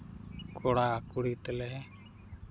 ᱠᱚᱲᱟᱼᱠᱩᱲᱤ ᱛᱮᱞᱮ